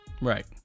Right